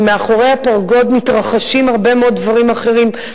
ומאחורי הפרגוד שם מתרחשים הרבה מאוד דברים אחרים,